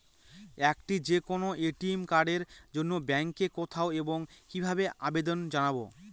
একটি যে কোনো এ.টি.এম কার্ডের জন্য ব্যাংকে কোথায় এবং কিভাবে আবেদন জানাব?